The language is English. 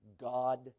God